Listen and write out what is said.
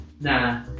Nah